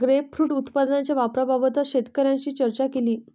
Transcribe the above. grapefruit उत्पादनाच्या वापराबाबत शेतकऱ्यांशी चर्चा केली